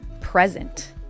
present